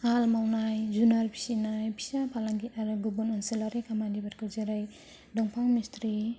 हाल मावनाय जुनार फिसिनाय फिसा फालांगि आरो गुबुन ओनसोलारि खामानिफोरखौ जेरै दंफां मिसथ्रि